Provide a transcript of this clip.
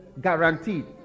Guaranteed